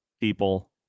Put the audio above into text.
people